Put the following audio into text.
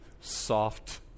soft